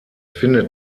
findet